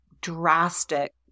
drastic